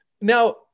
Now